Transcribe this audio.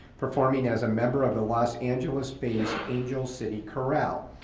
performing as a member of the los angeles bay's angel city corral.